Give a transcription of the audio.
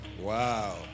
Wow